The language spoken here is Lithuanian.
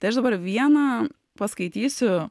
tai aš dabar vieną paskaitysiu